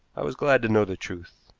i was glad to know the truth.